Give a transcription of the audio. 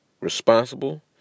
responsible